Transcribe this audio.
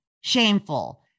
shameful